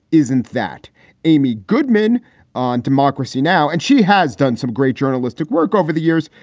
isn't that amy goodman on democracy now? and she has done some great journalistic work over the years.